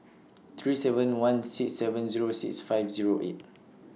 three seven one six seven Zero six five Zero eight